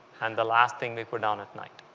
and the last thing we put down at night.